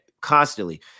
constantly